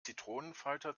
zitronenfalter